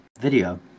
video